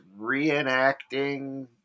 reenacting